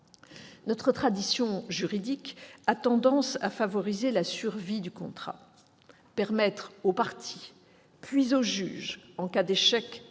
Notre tradition juridique a tendance à favoriser la survie du contrat. Permettre aux parties, puis au juge, en cas d'échec